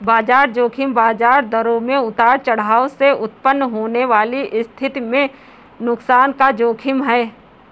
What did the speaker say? बाजार ज़ोखिम बाजार चरों में उतार चढ़ाव से उत्पन्न होने वाली स्थिति में नुकसान का जोखिम है